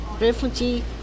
refugee